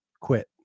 quit